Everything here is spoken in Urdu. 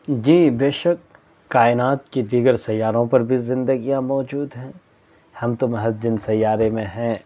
جی بیشک کائنات کے دیگر سیاروں پر بھی زندگیاں موجود ہیں ہم تو محض دن سیارہ میں ہیں